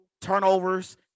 turnovers